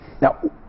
Now